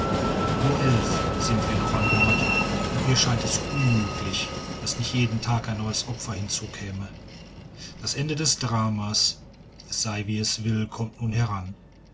nur elf sind wir noch an bord und mir erscheint es unmöglich daß nicht jeden tag ein neues opfer hinzu käme das ende des dramas es sei wie es will kommt nun heran